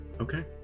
Okay